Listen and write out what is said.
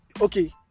okay